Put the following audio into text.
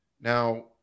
Now